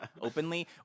openly